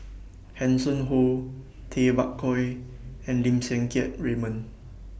Hanson Ho Tay Bak Koi and Lim Siang Keat Raymond